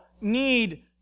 need